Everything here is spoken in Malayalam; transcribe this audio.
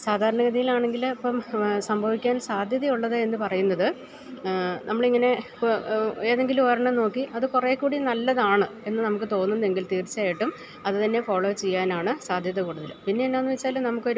സാധാരണ ഗതിയിലാണെങ്കില് ഇപ്പം സംഭവിക്കാൻ സാധ്യതയുള്ളതെന്ന് പറയുന്നത് നമ്മളിങ്ങനെ ഏതെങ്കിലുമൊരെണ്ണം നോക്കി അത് കുറെക്കൂടി നല്ലതാണെന്ന് നമുക്ക് തോന്നുന്നുവെങ്കിൽ തീർച്ചയായിട്ടും അതുതന്നെ ഫോളോ ചെയ്യാനാണ് സാധ്യത കൂടുതല് പിന്നെന്താണെന്ന് വെച്ചാല് നമുക്കൊരു